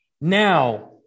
Now